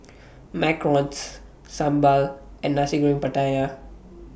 Macarons Sambal and Nasi Goreng Pattaya